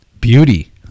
beauty